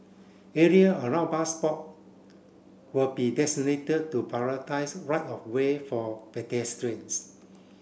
area around bus stop will be designated to prioritise right of way for pedestrians